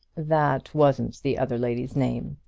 that wasn't the other lady's name.